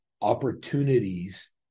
opportunities